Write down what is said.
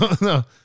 no